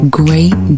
great